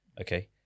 Okay